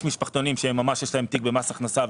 יש משפחתונים שיש להם תיק במס הכנסה,